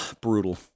brutal